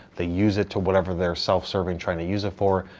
they use it to whatever they're self serving trying to use it for,